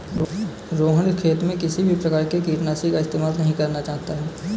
रोहण खेत में किसी भी प्रकार के कीटनाशी का इस्तेमाल नहीं करना चाहता है